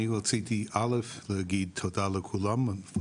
אני רציתי א' להגיד תודה לכולם,